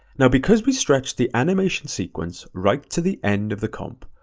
now because we stretch the animation sequence right to the end of the comp,